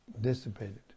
dissipated